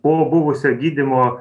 po buvusio gydymo